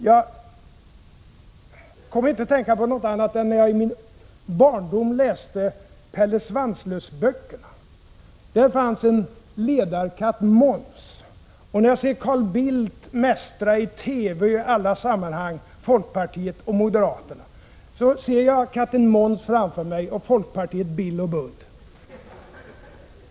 Jag kommer inte att tänka på någon bättre liknelse än då jag i min barndom läste Pelle Svanslös-böckerna. Där fanns en ledarkatt, Måns. När jag i TV och i andra sammanhang ser Carl Bildt mästra folkpartiet och centern ser jag katten Måns framför mig och folkpartiet som Bill och centern som Bull.